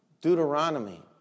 Deuteronomy